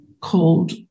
called